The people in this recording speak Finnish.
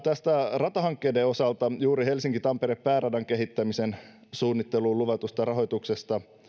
ratahankkeiden osalta juuri helsinki tampere pääradan kehittämisen suunnitteluun luvatusta rahoituksesta